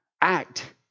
act